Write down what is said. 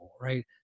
right